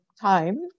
time